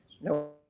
no